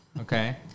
okay